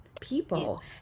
people